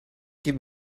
give